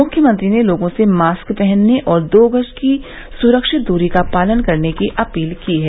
मुख्यमंत्री ने लोगों से मास्क पहनने और दो गज की सुरक्षित दूरी का पालन करने की अपील की है